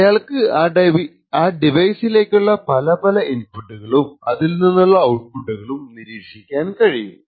അയാൾക്ക് ആ ഡിവൈസിലേക്കുള്ള പല പല ഇൻപുട്ടുകളും അതിൽ നിന്നുള്ള ഔട്പുട്ടുകളും നിരീക്ഷിക്കാൻ കഴിയും